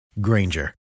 Granger